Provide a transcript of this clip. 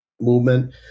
movement